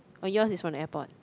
oh yours is from the airport